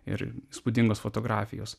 ir įspūdingos fotografijos